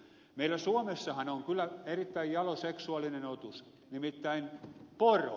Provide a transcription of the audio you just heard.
meillä suomessahan on kyllä erittäin jalo seksuaalinen otus nimittäin poro